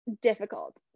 difficult